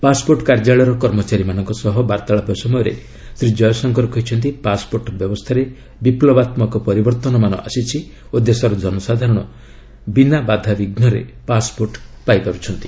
passport କାର୍ଯ୍ୟାଳୟର କର୍ମଚାରୀମାନଙ୍କ ସହ ବାର୍ତ୍ତାଳାପ ସମୟରେ ଶ୍ରୀ ଜୟଶଙ୍କର କହିଛନ୍ତି ପାସ୍ପୋର୍ଟ୍ ବ୍ୟବସ୍ଥାରେ ବିପ୍ଲବାତ୍ମକ ପରିବର୍ତ୍ତନମାନ ଆସିଛି ଓ ଦେଶର ଜନସାଧାରଣ ବିନା ବାଧାବିଘୁରେ ପାସ୍ପୋର୍ଟ ପାଇପାରୁଛନ୍ତି